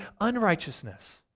unrighteousness